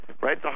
right